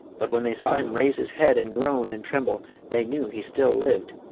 but when they saw him raise his head and groan and tremble they knew he still lived,